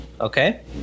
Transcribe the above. okay